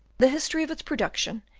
the history of its production,